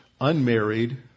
unmarried